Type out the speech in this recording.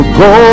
go